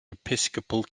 episcopal